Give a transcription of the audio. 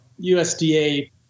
USDA